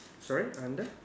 sorry under